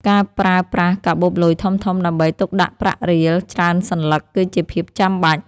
ការប្រើប្រាស់កាបូបលុយធំៗដើម្បីទុកដាក់ប្រាក់រៀលច្រើនសន្លឹក គឺជាភាពចាំបាច់។